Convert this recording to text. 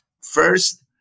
first